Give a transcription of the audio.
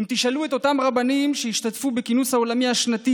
אם תשאלו את אותם רבנים שהשתתפו בכינוס העולמי השנתי